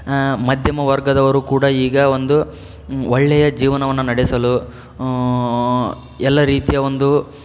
ಮಧ್ಯಮ ವರ್ಗದವರೂ ಕೂಡ ಈಗ ಒಂದು ಒಳ್ಳೆಯ ಜೀವನವನ್ನು ನಡೆಸಲು ಎಲ್ಲಾ ರೀತಿಯ ಒಂದು